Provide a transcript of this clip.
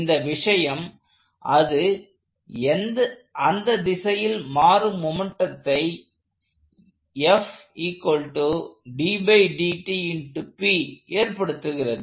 இந்த விஷயம் அது அந்த திசையில் மாறும் மொமெண்டத்தை ஏற்படுத்துகிறது